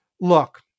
look